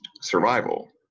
survival